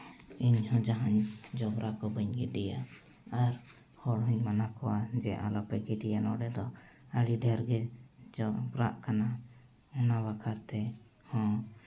ᱤᱧᱦᱚᱸ ᱡᱟᱦᱟᱱ ᱡᱚᱵᱨᱟ ᱠᱚ ᱵᱟᱹᱧ ᱜᱤᱰᱤᱭᱟ ᱟᱨ ᱦᱚᱲ ᱦᱚᱧ ᱢᱟᱱᱟ ᱠᱚᱣᱟ ᱡᱮ ᱟᱞᱚᱯᱮ ᱜᱤᱰᱤᱭᱟ ᱱᱚᱸᱰᱮ ᱫᱚ ᱟᱹᱰᱤ ᱰᱷᱮᱨᱜᱮ ᱡᱚᱵᱽᱨᱟᱜ ᱠᱟᱱᱟ ᱚᱱᱟ ᱵᱟᱠᱷᱨᱟ ᱛᱮᱦᱚᱸ